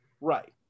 Right